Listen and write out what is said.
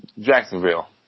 Jacksonville